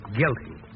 guilty